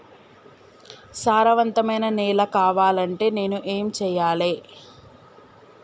సారవంతమైన నేల కావాలంటే నేను ఏం చెయ్యాలే?